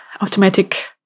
automatic